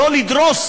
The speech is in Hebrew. לא לדרוס